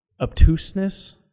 obtuseness